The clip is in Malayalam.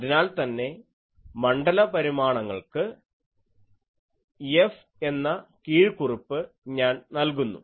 അതിനാൽ തന്നെ മണ്ഡല പരിമാണങ്ങൾക്ക് 'F' എന്ന കീഴ്ക്കുറിപ്പ് ഞാൻ നൽകുന്നു